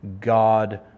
God